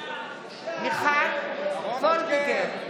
מיכל וולדיגר,